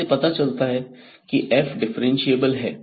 इससे पता चलता है की f डिफरेंशिएबल है